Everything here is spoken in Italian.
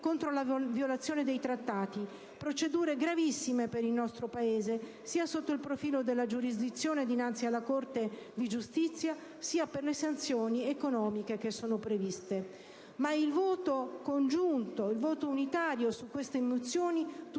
contro la violazione dei Trattati: procedure gravissime per il nostro Paese, sia sotto il profilo della giurisdizione dinanzi alla Corte di giustizia sia per le sanzioni economiche previste. Tuttavia il voto unitario su queste mozioni